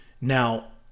Now